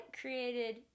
created